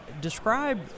describe